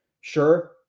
sure